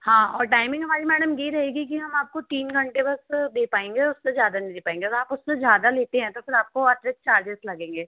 हाँ और टाइमिंग हमारी मैडम यह रहेगी कि हम आपको तीन घंटे बस दे पाएँगे उससे ज़्यादा नहीं दे पाएँगे अगर आप उससे ज़्यादा लेती हैं तो फ़िर आपको वहाँ से चार्जेस लगेंगे